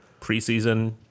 preseason